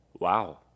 Wow